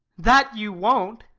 that you won't,